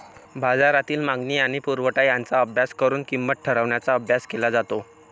बाजारातील मागणी आणि पुरवठा यांचा अभ्यास करून किंमत ठरवण्याचा अभ्यास केला जातो